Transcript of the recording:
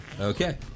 okay